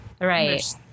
right